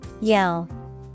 Yell